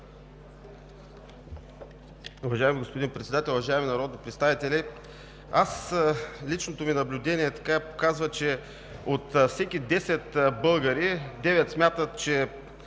Уважаеми господин Председател, уважаеми народни представители! Личното ми наблюдение показва, че от всеки 10 българи девет смятат, че